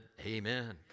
Amen